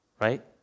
right